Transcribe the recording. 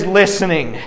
listening